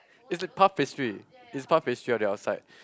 it's like puff pastry it's puff pastry on the outside